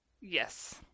Yes